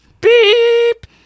Beep